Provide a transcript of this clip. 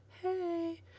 Hey